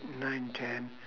nine ten